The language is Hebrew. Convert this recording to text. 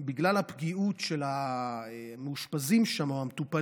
לגבי הגריאטריים שבגלל הפגיעות של מאושפזים ומטופלים,